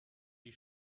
die